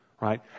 right